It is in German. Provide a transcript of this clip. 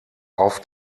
auf